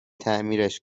تعمیرش